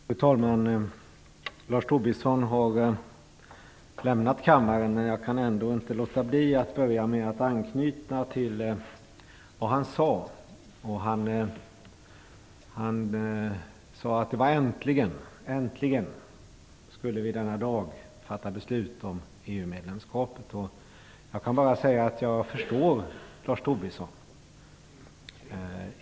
Fru talman! Lars Tobisson har lämnat kammaren. Men jag kan ändå inte låta bli att börja med att anknyta till vad han sade. Han sade att vi äntligen denna dag skulle fatta beslut om EU-medlemskapet! Jag förstår Lars Tobisson.